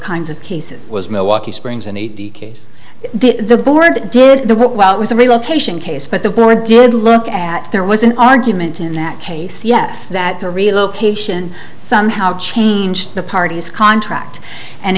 kinds of cases was milwaukee springs and he did the board did the well it was a relocation case but the board did look at there was an argument in that case yes that the relocation somehow changed the parties contract and